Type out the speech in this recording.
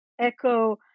echo